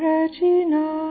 Regina